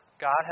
God